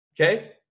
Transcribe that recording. Okay